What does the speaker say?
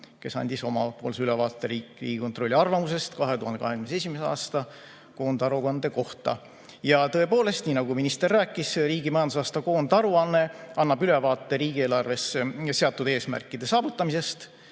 kes andis omapoolse ülevaate Riigikontrolli arvamusest 2021. aasta koondaruande kohta. Ja tõepoolest, nii nagu minister rääkis, riigi majandusaasta koondaruanne annab ülevaate riigieelarves seatud eesmärkide saavutamisest,